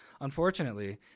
Unfortunately